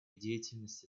деятельности